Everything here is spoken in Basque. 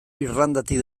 irlandatik